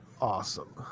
awesome